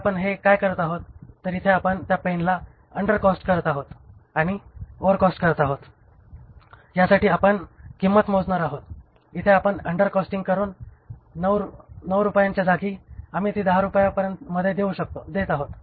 तर आपण हे काय करीत आहोत तर इथे आपण त्या पेनला अंडरकॉस्ट करत आहोत आणि ओव्हरकॉस्ट करत आहोत यासाठी आपण किंमत मोजणार आहोत इथे आपण ओव्हरकॉस्टिंग करून 9 रुपयांच्या जागी आम्ही ते 10 रुपयांमध्ये देत आहोत